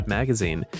magazine